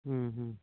हं हं